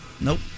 Nope